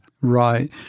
Right